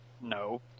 no